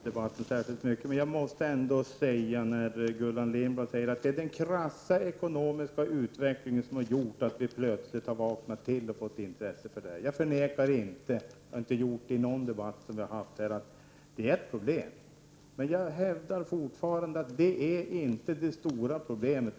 Herr talman! Jag skall inte förlänga debatten särskilt mycket, men jag måste ändå säga något om Gullan Lindblads påstående att det är den krassa ekonomiska utvecklingen som har gjort att socialdemokraterna plötsligt har vaknat till och fått intresse för den här frågan. Jag förnekar inte, och jag har inte gjort det i någon debatt som förts här, att detta är ett problem. Men jag hävdar fortfarande att det inte är det stora problemet.